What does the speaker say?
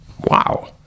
Wow